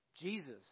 Jesus